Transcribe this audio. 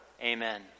Amen